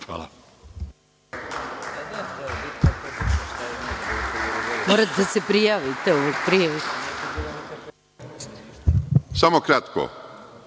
Hvala